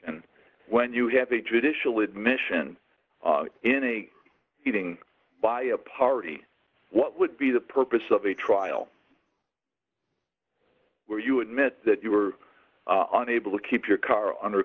and when you have a judicial admission in a meeting by a party what would be the purpose of a trial where you admit that you were unable to keep your car under